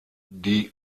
die